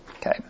Okay